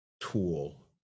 tool